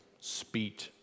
speed